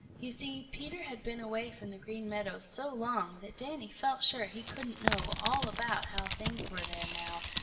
you see, peter had been away from the green meadows so long that danny felt sure he couldn't know all about how things were there now,